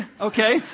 okay